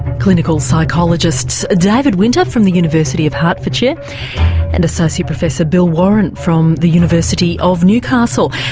clinical psychologists david winter from the university of hertfordshire and associate professor bill warren from the university of newcastle.